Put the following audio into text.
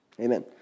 Amen